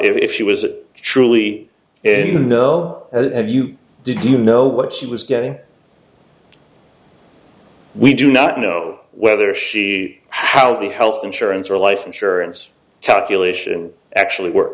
if she was truly if you know have you did you know what she was getting we do not know whether she held the health insurance or life insurance calculation actually work